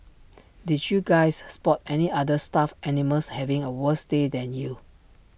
did you guys spot any other stuffed animals having A worse day than you